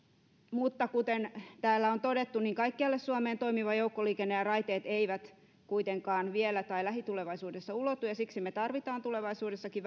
mutta kuten täällä on todettu niin kaikkialle suomeen toimiva joukkoliikenne ja raiteet eivät kuitenkaan vielä tai lähitulevaisuudessa ulotu ja siksi me tarvitsemme tulevaisuudessakin